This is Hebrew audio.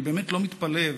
אני באמת לא מתפלא,